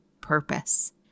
purpose